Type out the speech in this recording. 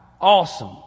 Awesome